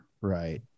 right